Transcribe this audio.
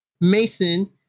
Mason